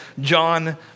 John